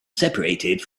separated